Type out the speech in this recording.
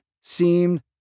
seemed